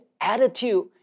attitude